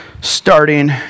starting